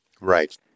Right